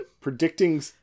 Predicting